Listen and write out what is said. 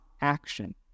action